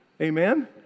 Amen